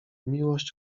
miłość